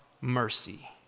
mercy